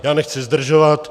Já nechci zdržovat.